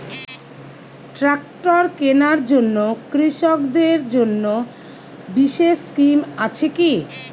Tractor কেনার জন্য কৃষকদের জন্য বিশেষ স্কিম আছে কি?